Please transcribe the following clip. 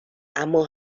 اما